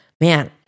man